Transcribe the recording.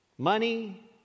Money